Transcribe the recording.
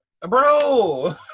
Bro